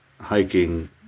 hiking